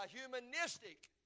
humanistic